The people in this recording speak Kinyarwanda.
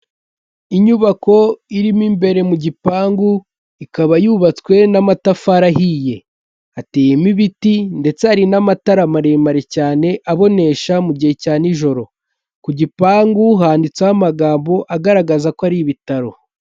Inyubako irimo imbere mu gipangu, ikaba yubatswe n'amatafari ahiye. Hateyemo ibiti ndetse hari n'amatara maremare cyane abonesha mu gihe cya nijoro. Ku gipangu handitseho amagambo agaragaza ko ari ibitaro.